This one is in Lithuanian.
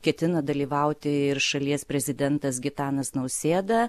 ketina dalyvauti ir šalies prezidentas gitanas nausėda